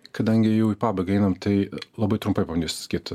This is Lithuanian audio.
kadangi jau į pabaigą einam tai labai trumpai pabandysiu atsakyt